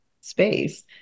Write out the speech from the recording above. space